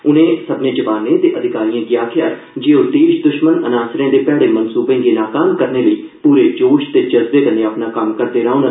उन्ने सब्भनें जवानें ते अधिकारिएं गी आखेआ जे ओह् देश द्श्मन अनासरें दे भैड़े मन्सूबें गी नाकाम करने लेई पूरे जोश ते जज्बे कन्नै अपना कम्म करदे रौहन